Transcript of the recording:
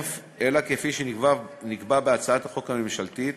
כפי שנקבע בהצעת החוק הממשלתית,